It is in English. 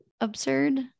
absurd